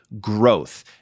growth